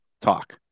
talk